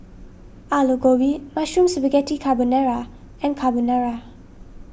Alu Gobi Mushroom Spaghetti Carbonara and Carbonara